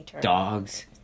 dogs